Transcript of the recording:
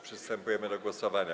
Przystępujemy do głosowania.